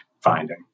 finding